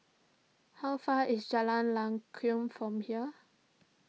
how far is Jalan from here